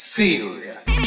serious